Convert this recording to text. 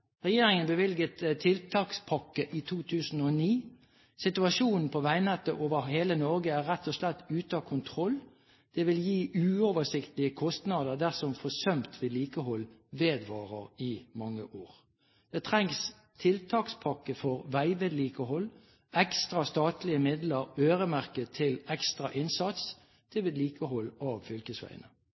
Regjeringen bevilget en tiltakspakke i 2009. Situasjonen på veinettet over hele Norge er rett og slett ute av kontroll. Det vil gi uoversiktlige kostnader dersom forsømt vedlikehold vedvarer i mange år. Det trengs en tiltakspakke for veivedlikehold, ekstra statlige midler øremerket til ekstra innsats til vedlikehold av fylkesveiene.